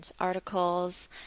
articles